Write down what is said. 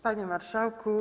Panie Marszałku!